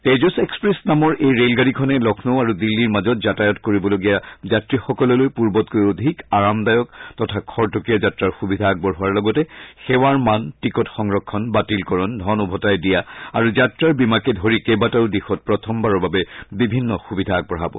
Tejas express নামৰ এই ৰেলগাড়ীখনে লক্ষ্ণৌ আৰু দিল্লীৰ মাজত যাতায়াত কৰিবলগীয়া যাত্ৰীসকললৈ পূৰ্বতকৈ অধিক আৰামদায়ক তথা খৰতকীয়া যাত্ৰাৰ সুবিধা আগবঢ়োৱাৰ লগতে সেৱাৰ মান টিকট সংৰক্ষণ বাতিলকৰণ ধন ওভতাই দিয়া আৰু যাত্ৰাৰ বীমাকে ধৰি কেইবাটাও দিশত প্ৰথমবাৰৰ বাবে বিভিন্ন সুবিধা আগবঢ়াব